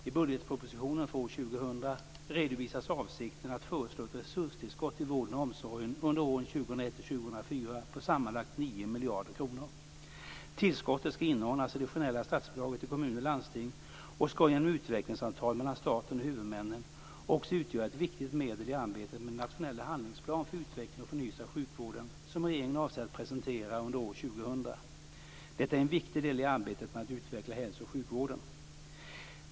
I budgetpropositionen för år 2000 redovisas avsikten att föreslå ett resurstillskott till vården och omsorgen under åren 2001-2004 på sammanlagt 9 miljarder kronor. Tillskottet ska inordnas i det generella statsbidraget till kommuner och landsting och ska genom utvecklingsavtal mellan staten och huvudmännen också utgöra ett viktigt medel i arbetet med den nationella handlingsplan för utveckling och förnyelse av sjukvården som regeringen avser att presentera under år 2000. Detta är en viktig del i arbetet med att utveckla hälso och sjukvården.